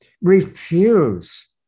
refuse